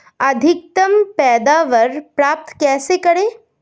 अधिकतम पैदावार प्राप्त कैसे करें?